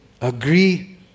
Agree